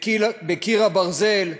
בקיר הברזל,